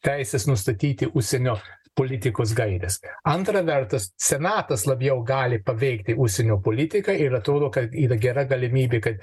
teises nustatyti užsienio politikos gaires antra vertus senatas labiau gali paveikti užsienio politiką ir atrodo kad yra gera galimybė kad